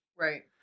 Right